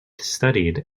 studied